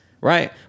right